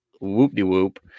whoop-de-whoop